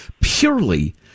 purely